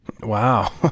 Wow